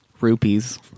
Rupees